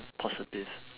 positive